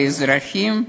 לאזרחים?